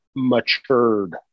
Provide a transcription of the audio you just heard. matured